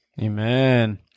Amen